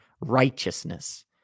righteousness